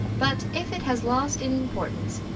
but, if it has lost in importance,